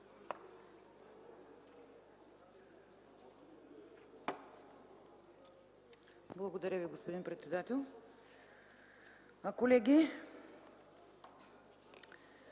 Благодаря Ви, господин председател. Аз